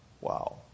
wow